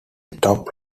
top